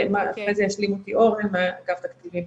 אחרי זה ישלים אותי אורן מאגף תקציבים.